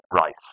rice